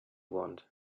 want